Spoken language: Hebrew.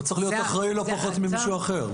הוא צריך להיות אחראי לא פחות ממישהו אחר.